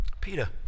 Peter